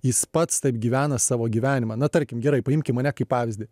jis pats taip gyvena savo gyvenimą na tarkim gerai paimk mane kaip pavyzdį